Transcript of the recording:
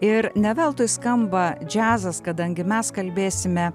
ir ne veltui skamba džiazas kadangi mes kalbėsime